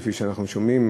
כפי שאנחנו שומעים,